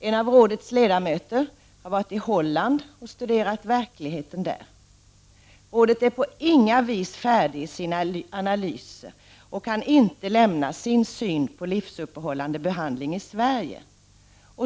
En av rådets ledamöter har studerat verkligheten i Holland. Rådet är på inga vis färdig i sin analys och kan inte lämna sin syn på livsuppehållande behandling i Sverige.